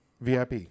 VIP